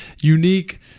unique